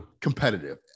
competitive